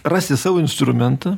rasti savo instrumentą